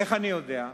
איך אני יודע?